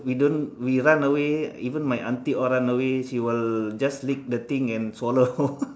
we don't we run away even my aunty all run away she will just lick the things and swallow